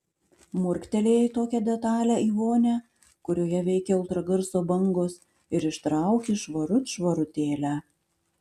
murktelėjai tokią detalią į vonią kurioje veikia ultragarso bangos ir ištrauki švarut švarutėlę